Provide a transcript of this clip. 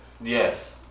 Yes